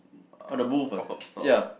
uh pop up store